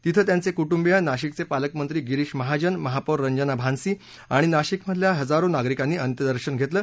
तिथं त्यांचे कुटुंबीय नाशिकचे पालकमंत्री गिरीश महाजन महापौर रंजना भानसी आणि नाशिकमधल्या हजारो नागरिकांनी अंत्यदर्शन घेतलं